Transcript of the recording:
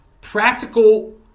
practical